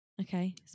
okay